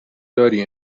داری